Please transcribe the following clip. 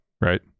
right